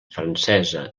francesa